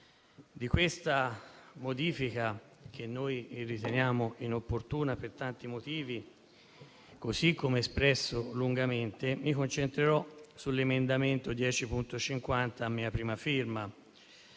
di questa modifica che noi riteniamo inopportuna per tanti motivi, così come espresso lungamente, mi concentrerò sull'emendamento 1.1050 a mia prima firma.